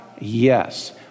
Yes